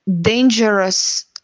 dangerous